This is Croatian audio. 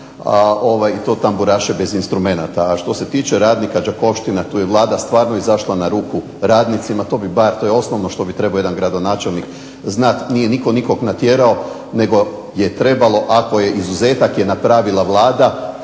i to tamburaše bez instrumenata. A što se tiče radnika Đakovštine tu je Vlada izašla na ruku radnicima, to bi bar, to je osnovno što bi jedan gradonačelnik znati, nije nitko nikoga natjerao nego je trebalo ako je izuzetak napravila Vlada,